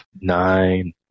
nine